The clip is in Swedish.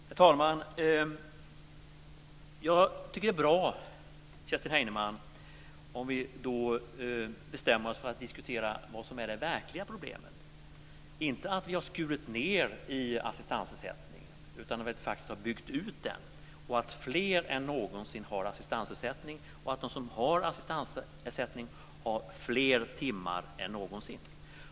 Herr talman! Jag tycker att det är bra, Kerstin Heinemann, om vi bestämmer oss för att diskutera vad som är det verkliga problemet. Det är inte att vi har skurit ned i assistansersättningen, utan att vi faktiskt har byggt ut den. Fler än någonsin har assistansersättning, och de som har assistansersättning har fler timmar än någonsin.